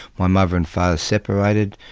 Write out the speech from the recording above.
my mother and father separated,